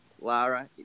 Lara